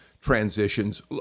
transitions